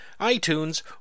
iTunes